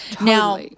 Now